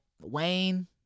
Wayne